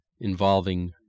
involving